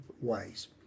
ways